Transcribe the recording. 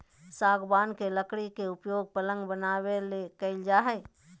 सागवान के लकड़ी के उपयोग पलंग बनाबे ले कईल जा हइ